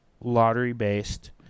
lottery-based